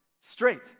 straight